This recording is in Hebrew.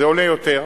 זה עולה יותר,